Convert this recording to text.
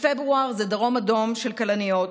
בפברואר זה דרום אדום של כלניות,